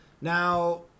Now